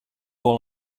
all